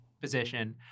position